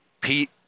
Pete